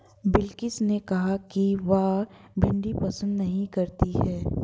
बिलकिश ने कहा कि वह भिंडी पसंद नही करती है